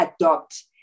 adopt